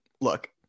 look